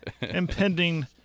impending